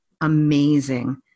amazing